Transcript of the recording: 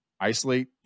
isolate